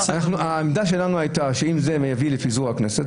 העמדה שלנו הייתה שאם זה מביא לפיזור הכנסת,